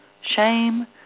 shame